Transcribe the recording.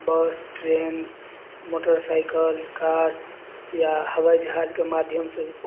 बस train motorcycle car या हवाइ जहाजके माध्यम से